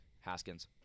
Haskins